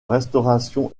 restauration